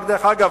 דרך אגב,